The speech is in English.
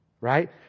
right